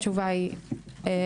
התשובה היא לא.